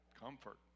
comfort